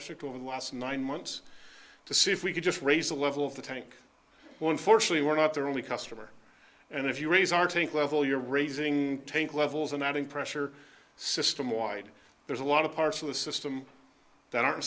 shift over the last nine months to see if we could just raise the level of the tank well unfortunately we're not the only customer and if you raise our take level you're raising take levels and adding pressure system wide there's a lot of parts of the system that are